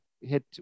hit